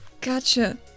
Gotcha